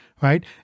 right